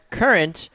current